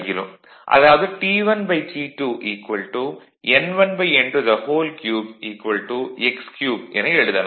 அதாவது T1T2 n1n23 x3 என எழுதலாம்